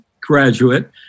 graduate